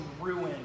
ruin